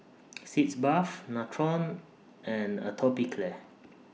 Sitz Bath Nutren and Atopiclair